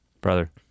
Brother